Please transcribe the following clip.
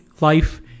life